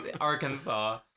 arkansas